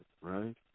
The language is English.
right